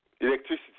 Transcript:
electricity